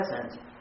present